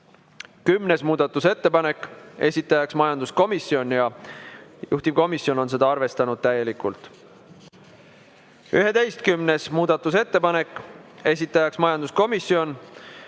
Kümnes muudatusettepanek, esitaja on majanduskomisjon ja juhtivkomisjon on seda arvestanud täielikult. 11. muudatusettepanek, esitaja majanduskomisjon,